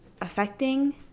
affecting